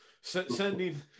sending